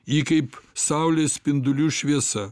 ji kaip saulės spindulių šviesa